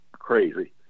crazy